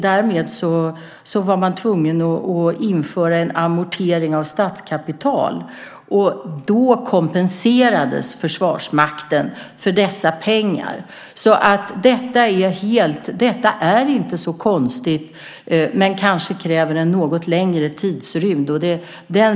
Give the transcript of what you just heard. Därmed var man tvungen att införa en amortering av statskapital. Då kompenserades Försvarsmakten för dessa pengar. Detta är inte så konstigt, men det kanske kräver en något längre tidsrymd.